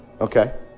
Okay